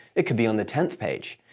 it could be on the tenth page.